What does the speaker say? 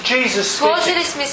Jesus